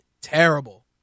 terrible